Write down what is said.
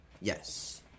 Yes